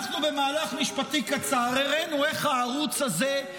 אנחנו במהלך משפטי קצר הראנו איך הערוץ הזה,